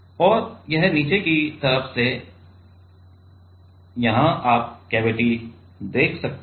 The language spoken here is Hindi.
और यह नीचे की तरफ से है और यहां आप कैविटी देख सकते हैं